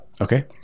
Okay